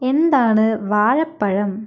എന്താണ് വാഴപ്പഴം